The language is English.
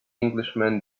englishman